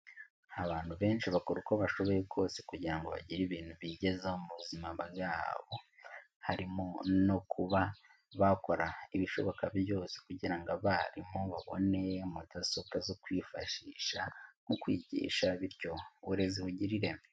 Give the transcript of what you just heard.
Abantu benshi bakora uko bashoboye kose kugira ngo bagire ibintu bigezaho mu buzima bwabo, harimo no kuba bakora ibishoboka byose kugira ngo abarimu babone mudasobwa zo kwifashisha mu kwigisha bityo uburezi bugira ireme.